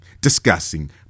discussing